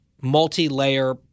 multi-layer